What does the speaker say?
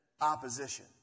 opposition